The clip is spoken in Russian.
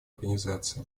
организации